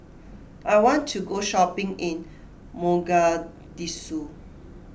I want to go shopping in Mogadishu